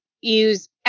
use